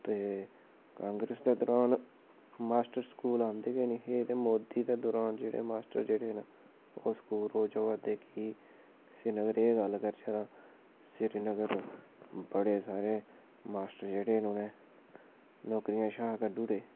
ते कांग्रैस दे दौरान मास्टर स्कूल आंदे गै नीं हे मोदी दौरान जेह्ड़े मास्टर जेह्ड़े न ओह् स्कूल रोज आवा दे श्रीनगरे दी गै गल्ल करचै तां श्रीनगर बड़े सारे मास्टर जेह्ड़े न नौकरी शा कड्ढीओड़े दे